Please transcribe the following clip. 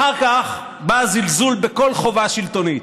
אחר כך בא זלזול בכל חובה שלטונית.